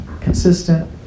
consistent